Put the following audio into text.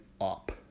up